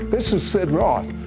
this is sid roth.